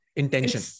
intention